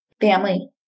family